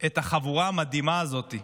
את החבורה המדהימה הזאת,